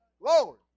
Lord